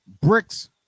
Bricks